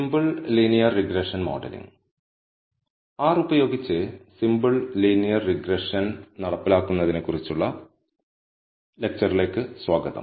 simple linear regression modelling R ഉപയോഗിച്ച് simple linear regression നടപ്പിലാക്കുന്നതിനെക്കുറിച്ചുള്ള ലെക്ച്ചറിലേക്ക് സ്വാഗതം